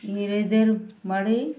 নিজেদের